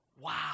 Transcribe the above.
Wow